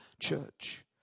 church